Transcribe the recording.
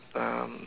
um